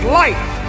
life